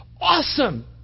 awesome